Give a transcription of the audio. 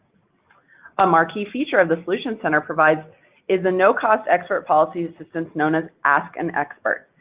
a marquee feature um the solutions center provides is the no-cost expert policy assistance known as ask an expert.